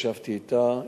ישבתי אתה,